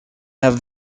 have